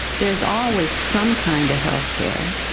there's always some kind of health care.